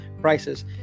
prices